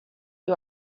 you